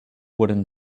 wooden